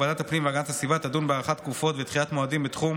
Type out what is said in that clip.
2. ועדת הפנים והגנת הסביבה תדון בהארכת תקופות ודחיית מועדים בתחום